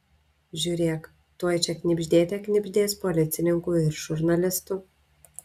žiūrėk tuoj čia knibždėte knibždės policininkų ir žurnalistų